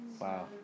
Wow